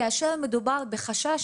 כאשר מדובר בחשש,